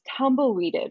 tumbleweeded